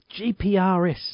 GPRS